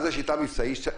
מה זה שיטה מבצעית?